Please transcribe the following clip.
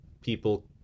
people